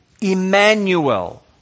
Emmanuel